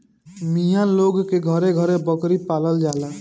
मिया लोग के घरे घरे बकरी पालल जाला